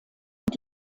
und